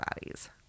bodies